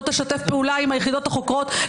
לא תשתף פעולה עם היחידות החוקרות,